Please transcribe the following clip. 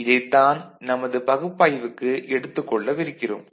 இதைத்தான் நமது பகுப்பாய்வுக்கு எடுத்துக் கொள்ளவிருக்கிறோம்